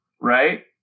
right